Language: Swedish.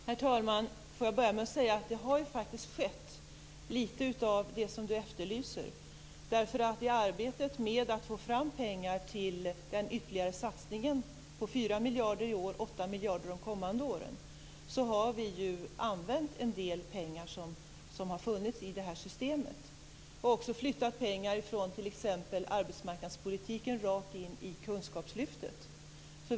Herr talman! Det har faktiskt skett litet av det Gunnar Goude efterlyser. I arbetet med att få fram pengar till den ytterligare satsningen på 4 miljarder i år och 8 miljarder de kommande åren har vi använt en del pengar som har funnits i systemet. Vi har flyttat pengar från arbetsmarknadspolitiken rakt in i kunskapslyftet.